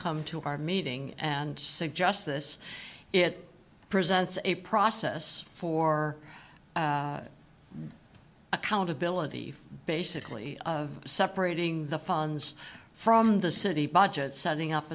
come to our meeting and suggest this it presents a process for accountability basically of separating the funds from the city budget setting up